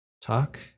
talk